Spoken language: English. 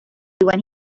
when